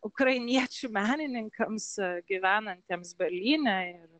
ukrainiečių menininkams gyvenantiems berlyne ir